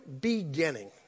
beginning